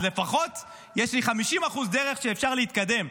אז לפחות יש לי 50% דרך שאפשר להתקדם.